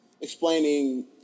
explaining